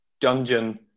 dungeon